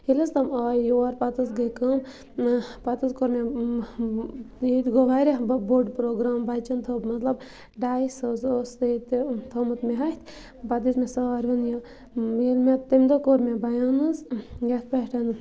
ییٚلہِ حظ تِم آے یور پَتہٕ حظ گٔے کٲم پَتہٕ حظ کوٚر مےٚ ییٚتہِ گوٚو واریاہ بوٚڈ پرٛوگرام بَچَن تھوٚو مَطلَب ڈایِس حظ اوس ییٚتہِ تھوٚمُت مےٚ اَتھِ پَتہٕ دِژ مےٚ ساروِین یہِ ییٚلہِ مےٚ تمہِ دۄہ کوٚر مےٚ بَیان حظ یَتھ پٮ۪ٹھ